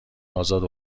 ازاد